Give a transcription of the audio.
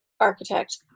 architect